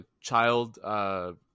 child